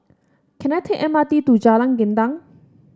can I take M R T to Jalan Gendang